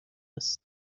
هست